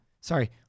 sorry